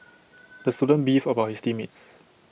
the student beefed about his team mates